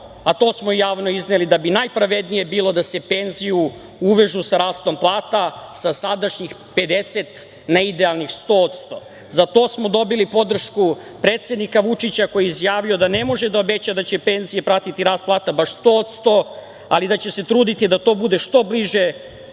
a to smo i javno izneli, da bi najpravednije bilo da se penzije uvežu sa rastom plata, sa sadašnjih 50 na idealnih 100%. Za to smo dobili podršku predsednika Vučića koji je izjavio da ne može da obeća da će penzije pratiti rast plata baš 100%, ali da će se truditi da to bude što bliže